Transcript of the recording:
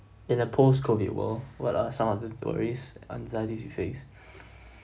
in the post COVID world what are some of the worries anxieties you face